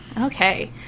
okay